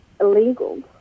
illegal